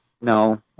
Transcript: no